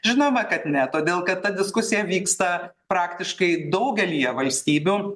žinoma kad ne todėl kad ta diskusija vyksta praktiškai daugelyje valstybių